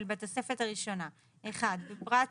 בתוספת הראשונה - בפרט (7),